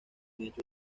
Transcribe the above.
hecho